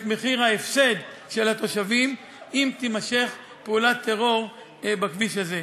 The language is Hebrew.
מחיר ההפסד של התושבים אם תימשך פעולת טרור בכביש הזה.